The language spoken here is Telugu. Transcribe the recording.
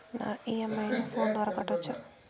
నా ఇ.ఎం.ఐ ను ఫోను ద్వారా కట్టొచ్చా?